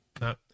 no